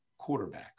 quarterbacks